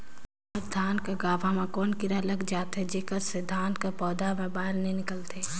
हमर धान कर गाभा म कौन कीरा हर लग जाथे जेकर से धान कर पौधा म बाएल नइ निकलथे?